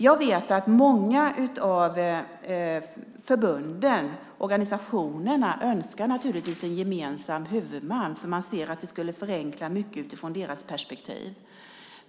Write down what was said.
Jag vet att många av förbunden och organisationerna naturligtvis önskar en gemensam huvudman. De anser att det skulle förenkla mycket utifrån deras perspektiv.